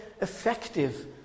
effective